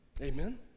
Amen